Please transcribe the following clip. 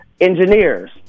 engineers